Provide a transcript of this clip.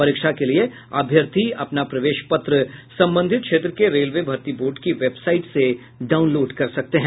परीक्षा के लिए अभ्यर्थी अपना प्रवेश पत्र संबंधित क्षेत्र के रेलवे भर्ती बोर्ड की वेबसाईट से डाउनलोड कर सकते है